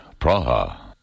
Praha